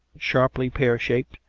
sharply pear-shaped,